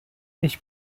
ich